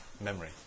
Memory